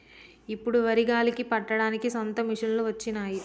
ఇప్పుడు వరి గాలికి పట్టడానికి సొంత మిషనులు వచ్చినాయి